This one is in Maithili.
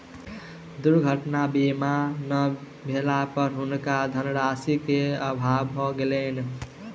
दुर्घटना बीमा नै भेला पर हुनका धनराशि के अभाव भ गेलैन